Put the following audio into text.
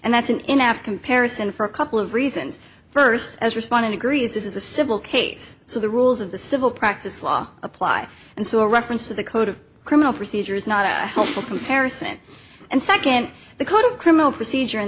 and that's an in app comparison for a couple of reasons first as respondent agrees this is a civil case so the rules of the civil practice law apply and so a reference to the code of criminal procedure is not helpful comparison and second the code of criminal procedure in